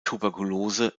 tuberkulose